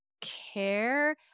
care